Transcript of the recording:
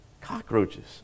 cockroaches